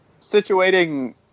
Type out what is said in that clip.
situating